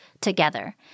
together